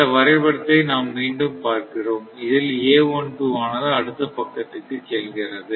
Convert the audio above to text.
இந்த வரைபடத்தை நாம் மீண்டும் பார்க்கிறோம் இதில் ஆனது அடுத்த பக்கத்திற்கு செல்கிறது